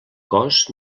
cos